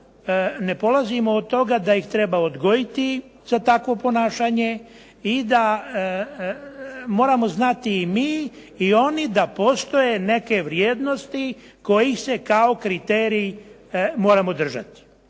ne polazimo od toga da ih treba odgojiti za takvo ponašanje i da moramo znati i mi i oni da postoje neke vrijednosti kojih se kao kriterij moramo držati.